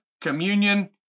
communion